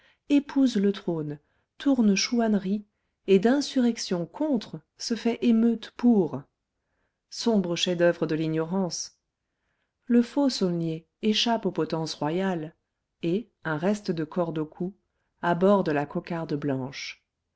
épouse le trône tourne chouannerie et d'insurrection contre se fait émeute pour sombres chefs-d'oeuvre de l'ignorance le faux saulnier échappe aux potences royales et un reste de corde au cou arbore la cocarde blanche